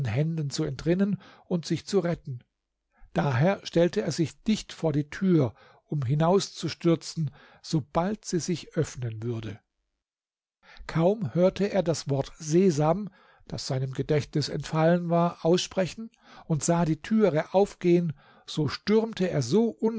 händen zu entrinnen und sich zu retten daher stellte er sich dicht vor die tür um hinauszustürzen sobald sie sich öffnen würde kaum hörte er das wort sesam das seinem gedächtnis entfallen war aussprechen und sah die türe aufgehen so stürmte er so